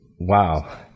wow